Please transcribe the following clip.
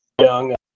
Young